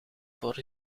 voor